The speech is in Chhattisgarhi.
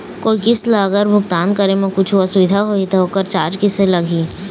कोई किस्त ला अगर भुगतान करे म कुछू असुविधा होही त ओकर चार्ज कैसे लगी?